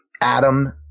Adam